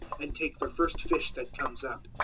and take the first fish that comes up.